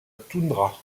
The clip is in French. toundra